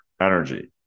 energy